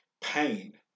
pain